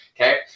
Okay